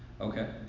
Okay